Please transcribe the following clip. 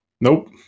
Nope